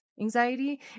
anxiety